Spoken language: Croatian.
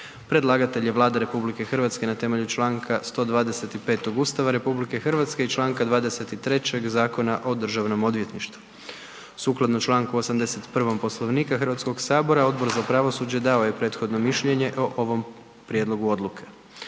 Predlagatelj je Vlada RH na temelju čl. 125. Ustava RH i čl. 23. Zakona o državnom odvjetništvu. Sukladno čl. 81. Poslovnika HS-a Odbor za pravosuđe dao je prethodno mišljenje o ovom prijedlogu odluke.